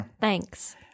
Thanks